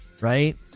Right